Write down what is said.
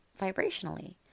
vibrationally